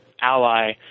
ally